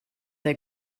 der